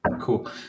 Cool